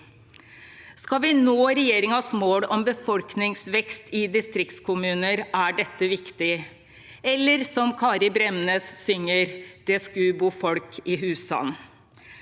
Skal vi nå regjeringens mål om befolkningsvekst i distriktskommuner, er dette viktig. Eller som Kari Bremnes synger: «Det sku bo folk i husan».